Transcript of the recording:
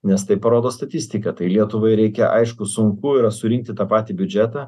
nes tai parodo statistika tai lietuvai reikia aišku sunku yra surinkti tą patį biudžetą